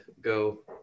go